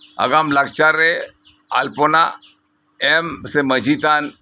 ᱟᱜᱟᱢ ᱞᱟᱠᱪᱟᱨ ᱨᱮ ᱟᱞᱯᱚᱱᱟ ᱮᱢ ᱥᱮ ᱢᱟᱡᱷᱤ ᱛᱷᱟᱱ